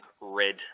red